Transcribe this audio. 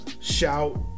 shout